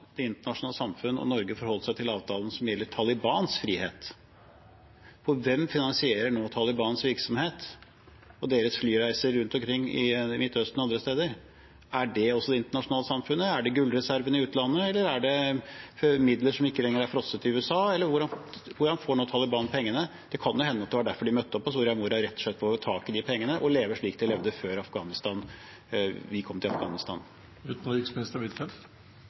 det internasjonale samfunnet og Norge forholdt seg til avtalen som gjelder Talibans frihet? Hvem finansierer nå Talibans virksomhet og deres flyreiser rundt omkring i Midtøsten og andre steder? Er det også det internasjonale samfunnet? Er det gullreservene i utlandet, eller er det midler som ikke lenger er frosset i USA? Hvordan får Taliban pengene nå? Det kan jo hende at det var derfor de møtte opp på Soria Moria, rett og slett for å få tak i de pengene og leve slik de gjorde før vi kom til